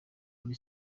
kuri